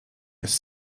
jest